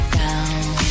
down